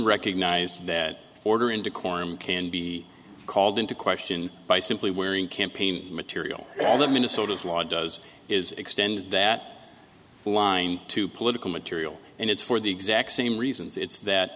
recognized that order in decorum can be called into question by simply wearing campaign material all that minnesota's law does is extend that line to political material and it's for the exact same reasons it's that